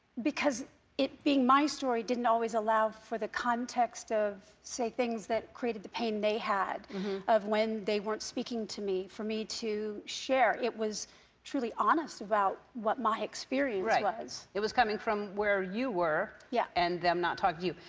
because it, being my story, didn't always allow for the context of, say, things that created the pain they had of when they weren't speaking to me. for me to share, it was truly honest about what my experience was. it was coming from where you were yeah. and them not talking to you.